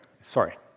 sorry